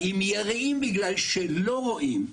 האם יראים בגלל שלא רואים?